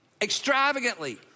extravagantly